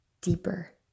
deeper